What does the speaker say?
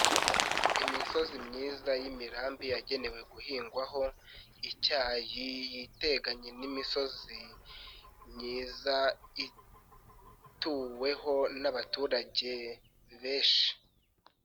Imisozi myiza y'imirambi yagenewe guhingwaho icyayi yiteganye n'imisozi myiza ituweho n'abaturage benshi.